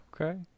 Okay